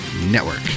network